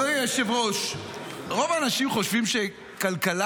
אדוני היושב-ראש, רוב האנשים חושבים שכלכלה,